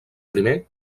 primer